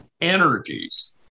energies